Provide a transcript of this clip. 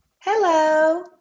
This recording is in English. Hello